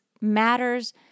matters